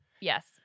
yes